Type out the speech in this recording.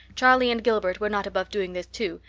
charlie and gilbert were not above doing this too,